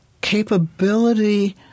capability